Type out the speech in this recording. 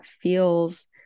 feels